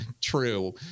true